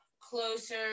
closer